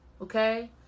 okay